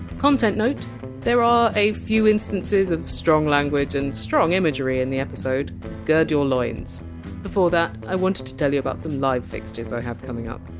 content note there are a few instances of strong language and strong imagery in the episode gird your loins before that, i wanted to tell you about some live fixtures i have coming up.